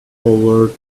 over